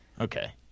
Okay